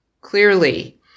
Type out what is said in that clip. Clearly